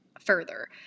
further